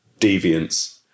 deviance